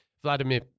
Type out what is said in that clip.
Vladimir